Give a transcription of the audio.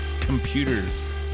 computers